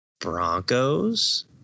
Broncos